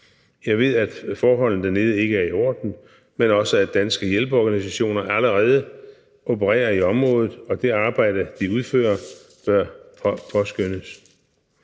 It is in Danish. Jeg ved, at forholdene dernede ikke er i orden, men også at danske hjælpeorganisationer allerede opererer i området, og det arbejde, de udfører, bør påskønnes.